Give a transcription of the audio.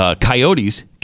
coyotes